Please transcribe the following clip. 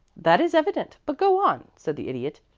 that is evident but go on, said the idiot.